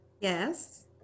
Yes